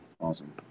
Awesome